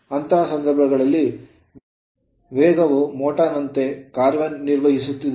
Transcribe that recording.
ಅಂತಹ ಸಂದರ್ಭದಲ್ಲಿ ವೇಗವು ಮೋಟರ್ ನಂತೆ ಕಾರ್ಯನಿರ್ವಹಿಸಿದರೆ